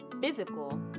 physical